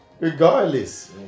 Regardless